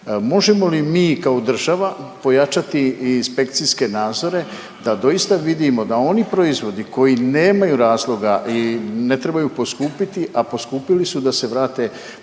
Možemo li mi kao država pojačati inspekcijske nadzore da doista vidimo da oni proizvodi koji nemaju razloga i ne trebaju poskupiti, a poskupili su, da se vrate na prijašnju